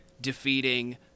defeating